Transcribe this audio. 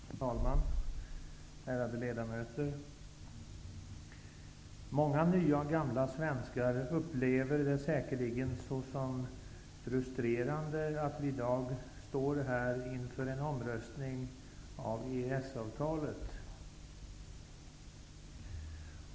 Herr talman! Ärade ledamöter! Många nya och gamla svenskar upplever det säkerligen som frustrerande att vi i dag står inför en omröstning om EES-avtalet.